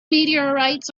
meteorites